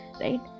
Right